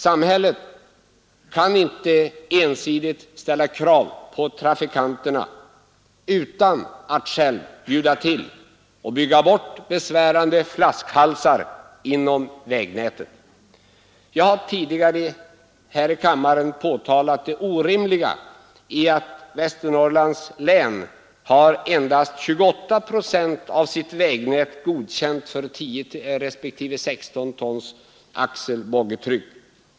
Samhället kan inte ensidigt ställa krav på trafikanterna utan att självt bjuda till att bygga bort besvärande flaskhalsar inom vägnätet. Jag har tidigare här i kammaren påtalat det orimliga i att Västernorrlands län har endast 28 procent av sitt vägnät godkänt för 10 boggitryck.